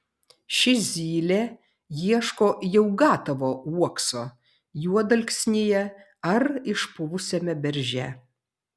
ši zylė ieško jau gatavo uokso juodalksnyje ar išpuvusiame berže